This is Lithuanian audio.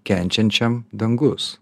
kenčiančiam dangus